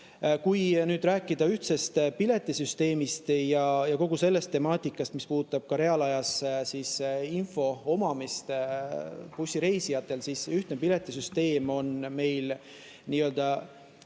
Kui nüüd rääkida ühtsest piletisüsteemist ja kogu sellest temaatikast, mis puudutab reaalajas info andmist bussireisijatele, siis ühtne piletisüsteem on meil varasemast